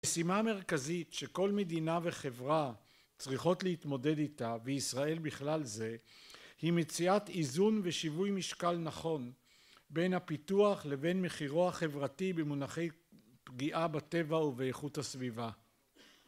משימה מרכזית שכל מדינה וחברה צריכות להתמודד איתה וישראל בכלל זה היא מציאת איזון ושיווי משקל נכון בין הפיתוח לבין מחירו החברתי במונחי פגיעה בטבע ובאיכות הסביבה